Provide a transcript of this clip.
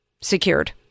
secured